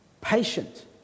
Patient